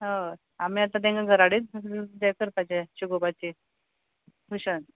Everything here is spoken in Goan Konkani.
हय आमी आतां तेंकां घराडेच हें करपाचें शिकोवपाचें टुशन